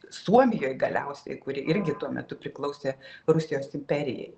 suomijoj galiausiai kuri irgi tuo metu priklausė rusijos imperijai